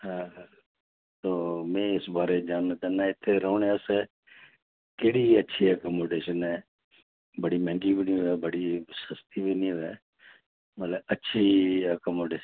हैं तो में इस बारे च जानना चाह्न्नां कि इत्थे रौह्ने आस्तै केह्ड़ी अच्छी ऐकोमोडेशन ऐ बड़ी मैंह्गी बी नेईं होऐ बड़ी सस्ती बी नेईं होऐ मतलब ऐ अच्छी ऐकोमोडेशन